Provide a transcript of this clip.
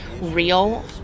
real